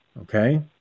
okay